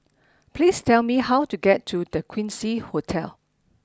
please tell me how to get to The Quincy Hotel